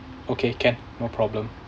okay can no problem